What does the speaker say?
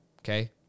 okay